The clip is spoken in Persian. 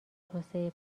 توسعه